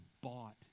bought